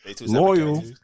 loyal